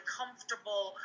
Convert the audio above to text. comfortable